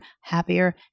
happier